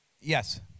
Yes